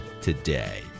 today